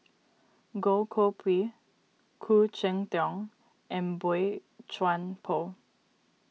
Goh Koh Pui Khoo Cheng Tiong and Boey Chuan Poh